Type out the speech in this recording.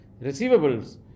receivables